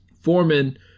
Foreman